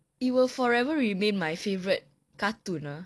it will forever remain my favourite cartoon ah